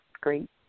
great